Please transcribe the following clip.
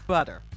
Butter